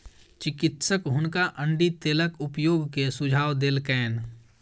चिकित्सक हुनका अण्डी तेलक उपयोग के सुझाव देलकैन